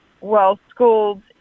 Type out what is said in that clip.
well-schooled